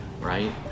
Right